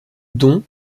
dont